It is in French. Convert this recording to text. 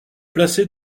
placé